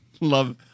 Love